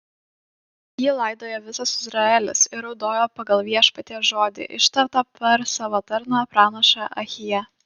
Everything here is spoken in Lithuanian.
jį laidojo visas izraelis ir raudojo pagal viešpaties žodį ištartą per savo tarną pranašą ahiją